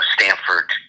Stanford